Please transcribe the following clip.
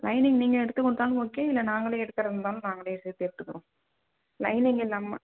lining நீங்கள் எடுத்து கொடுத்தாலும் ஓகே இல்லை நாங்களே எடுத்து தர இருந்தாலும் நாங்களே சேர்த்து எடுத்துக்கிறோம் லைனிங் இல்லாமல்